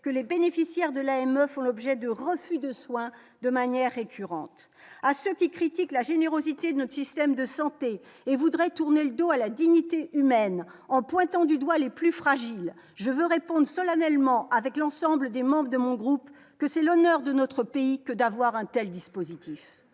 que les bénéficiaires de l'AME font l'objet de refus de soins de manière récurrente à ceux qui critiquent la générosité de notre système de santé et voudrait tourner le dos à la dignité humaine, en pointant du doigt les plus fragiles, je veux répondent solennellement avec l'ensemble des membres de mon groupe, que c'est l'honneur de notre pays que d'avoir un de tels dispositifs,